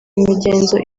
imigenzo